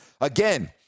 Again